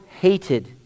hated